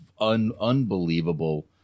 Unbelievable